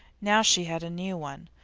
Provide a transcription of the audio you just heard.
now she had a new one,